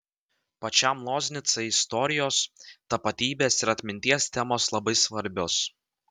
pačiam loznicai istorijos tapatybės ir atminties temos labai svarbios